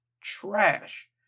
trash